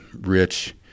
rich